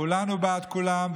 כולנו בעד כולם,